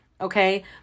Okay